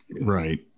right